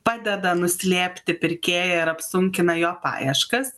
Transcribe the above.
padeda nuslėpti pirkėją ir apsunkina jo paieškas